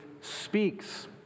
speaks